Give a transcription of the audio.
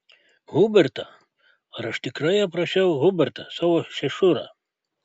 hubertą ar aš tikrai aprašiau hubertą savo šešurą